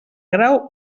grau